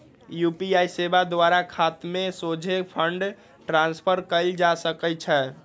UPI सेवा द्वारा खतामें सोझे फंड ट्रांसफर कएल जा सकइ छै